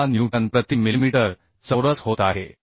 96 newton प्रति millimetre चौरस होत आहे